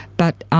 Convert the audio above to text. but